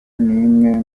n’imwe